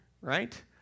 right